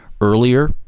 earlier